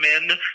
men